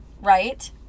right